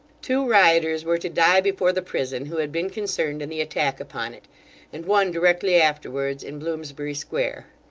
two rioters were to die before the prison, who had been concerned in the attack upon it and one directly afterwards in bloomsbury square.